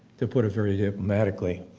to put it very diplomatically.